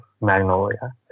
Magnolia